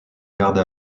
garde